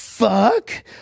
fuck